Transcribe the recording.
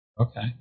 Okay